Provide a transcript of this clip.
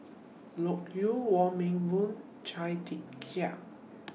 Loke Yew Wong Meng Voon Chia Tee Chiak